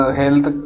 health